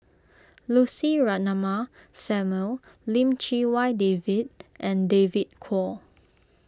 Lucy Ratnammah Samuel Lim Chee Wai David and David Kwo